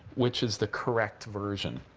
which is the correct version.